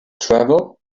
travel